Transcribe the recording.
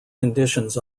conditions